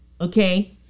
okay